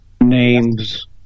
names